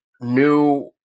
new